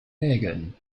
nägeln